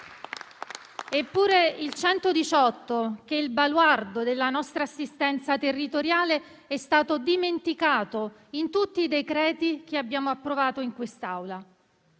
Eppure il 118, che è il baluardo della nostra assistenza territoriale, è stato dimenticato in tutti i decreti che abbiamo approvato in quest'Aula.